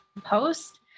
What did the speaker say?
Post